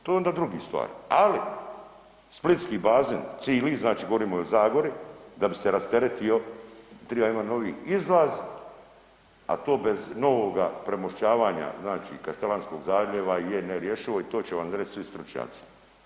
To je onda druga stvar, ali splitski bazen cili znači govorimo i o Zagori, da bi se rasteretio triba imati novi izlaz, a to bez novoga premošćavanja znači Kaštelanskog zaljeva je nerješivo i to će vam reći svi stručnjaci.